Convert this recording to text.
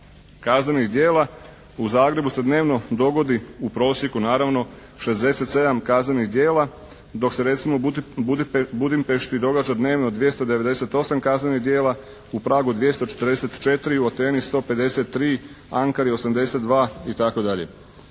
kaznenih djela u Zagrebu se dnevno dogodi u prosjeku naravno 67 kaznenih djela dok se recimo u Budimpešti događa dnevno 298 kaznenih djela, u Pragu 244, u Ateni 153, Ankari 82 itd.